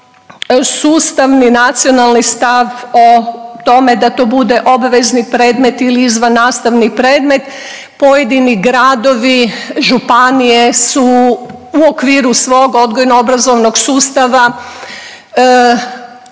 sustavni nacionalni stav o tome da to bude obvezni predmet ili izvan nastavni predmet. Pojedini gradovi, županije su u okviru svog odgojno-obrazovnog sustava